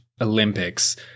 Olympics